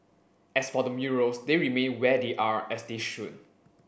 as for the murals they remain where they are as they should